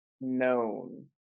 known